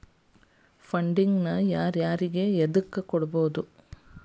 Funding ನ ಯಾರು ಯಾರಿಗೆ ಎದಕ್ಕ್ ಕೊಡ್ಬೊದು?